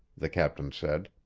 the captain said.